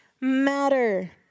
matter